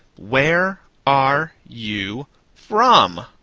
where are you from?